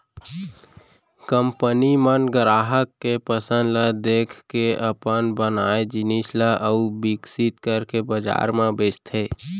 company मन गराहक के पसंद ल देखके अपन बनाए जिनिस ल अउ बिकसित करके बजार म बेचथे